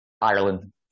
Ireland